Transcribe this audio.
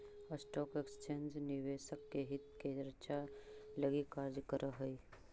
stock exchange निवेशक के हित के रक्षा लगी कार्य करऽ हइ